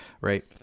Right